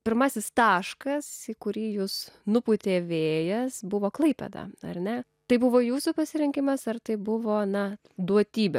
pirmasis taškas į kurį jus nupūtė vėjas buvo klaipėda ar ne tai buvo jūsų pasirinkimas ar tai buvo na duotybė